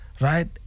right